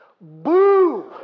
Boo